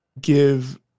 give